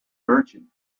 merchant